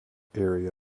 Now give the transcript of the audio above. area